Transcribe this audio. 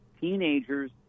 teenagers